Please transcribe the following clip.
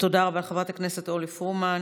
תודה רבה, חברת הכנסת אורלי פרומן.